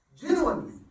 genuinely